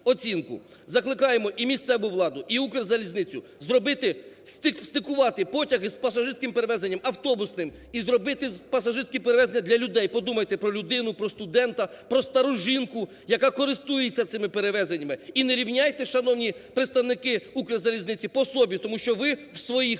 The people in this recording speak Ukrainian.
Закликаємо і місцеву владу, і "Укрзалізницю" зробити, стикувати потяги з пасажирським перевезенням автобусним і зробити пасажирські перевезення для людей. Подумайте про людину, про студента, про стару жінку, яка користується цими перевезеннями. І не рівняйте, шановні представники "Укрзалізниці", по собі, тому що ви с своїх